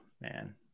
man